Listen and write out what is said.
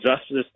justice